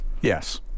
Yes